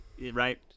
Right